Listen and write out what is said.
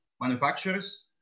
manufacturers